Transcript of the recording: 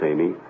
Amy